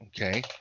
Okay